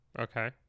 Okay